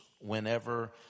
whenever